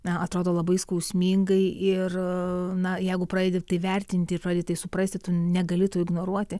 na atrodo labai skausmingai ir na jeigu pradedi tai vertinti pradedi tai suprasti tu negali to ignoruoti